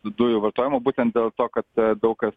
dujų vartojimo būtent dėl to kad daug kas